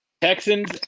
Texans